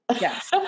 Yes